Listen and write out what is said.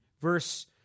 verse